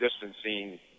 distancing